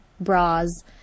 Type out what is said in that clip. bras